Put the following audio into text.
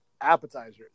Appetizers